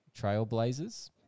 Trailblazers